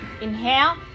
Inhale